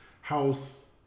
house